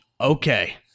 okay